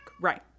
Right